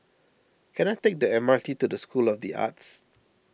can I take the M R T to School of the Arts